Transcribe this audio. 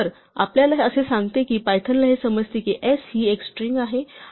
तर आपल्याला हे असे सांगते की पायथनला हे समजते की s ही एक स्ट्रिंग आहे